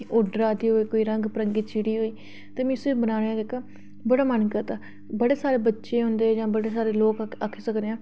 उड्डरा दी होऐ कोई रंग बिरंगी चिड़ी होऐ ते मिगी उसी बनाने दा बड़ा मन करदा बड़े सारे बच्चे होंदे जां बड़े सारे लोक आक्खी सकने आं